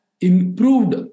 improved